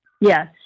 Yes